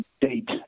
date